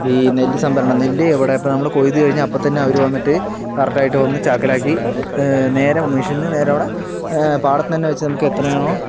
പിന്നെ നെല്ല് സംഭരണം നെല്ല് ഇവിടിപ്പം നമ്മള് കൊയ്ത് കഴിഞ്ഞാൽ അപ്പം തന്നെ അവര് വന്നിട്ട് കറക്റ്റ് ആയിട്ട് വന്ന് ചാക്കിലാക്കി നേരെ മെഷീന് നേരെ അവിടെ പാടത്ത് തന്നെ വച്ച് നമുക്ക് എത്രയാണോ